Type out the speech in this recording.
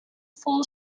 full